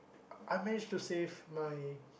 I managed to save my